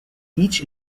each